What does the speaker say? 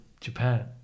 japan